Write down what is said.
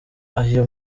ayo